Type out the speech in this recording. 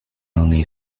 only